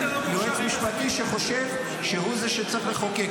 יועץ משפטי שחושב שהוא זה שצריך לחוקק.